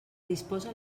disposa